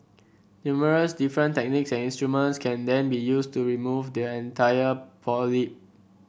numerous different techniques and instruments can then be used to remove the entire polyp